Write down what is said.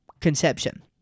conception